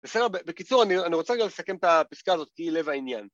בסדר, בקיצור אני רוצה גם לסכם את הפסקה הזאת כי היא לב העניין.